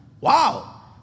Wow